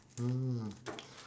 mm